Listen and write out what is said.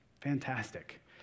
fantastic